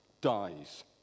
dies